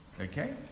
Okay